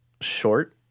short